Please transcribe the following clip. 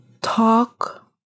talk